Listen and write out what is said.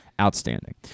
Outstanding